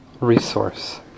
resource